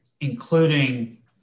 including